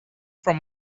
from